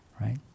right